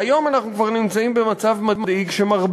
והיום אנחנו כבר נמצאים במצב מדאיג שבו